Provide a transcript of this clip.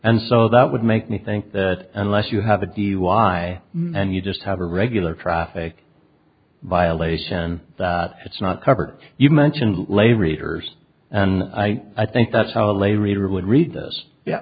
and so that would make me think that unless you have a d y and you just have a regular traffic violation that it's not covered you mentioned les readers and i i think that's how a lay reader would read th